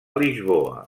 lisboa